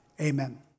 Amen